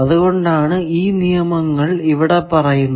അതുകൊണ്ടാണ് ഈ നിയമങ്ങൾ ഇവിടെ പറയുന്നത്